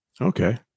Okay